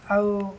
ଆଉ